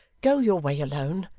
go your way alone,